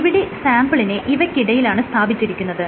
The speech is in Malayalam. ഇവിടെ സാംപിളിനെ ഇവയ്ക്കിടയിലാണ് സ്ഥാപിച്ചിരിക്കുന്നത്